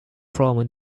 from